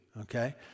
okay